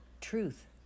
truth